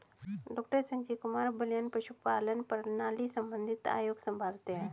doctor Sanjeev Kumar Balyan पशुपालन प्रणाली संबंधित आयोग संभालते हैं